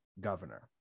governor